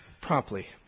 promptly